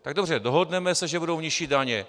Tak dobře, dohodneme se, že budou nižší daně.